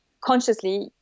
consciously